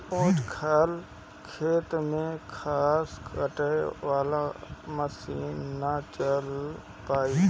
ऊंच खाल खेत में घास काटे वाला मशीन ना चल पाई